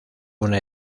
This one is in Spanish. una